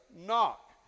knock